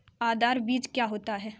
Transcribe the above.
आधार बीज क्या होता है?